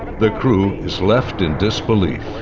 the crew is left in disbelief.